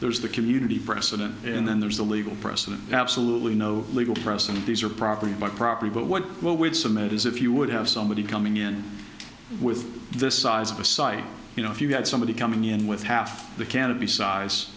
there's the community precedent and then there's a legal precedent absolutely no legal precedent these are property but property but what what would some it is if you would have somebody coming in with the size of a site you know if you had somebody coming in with half the canopy size